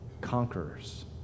conquerors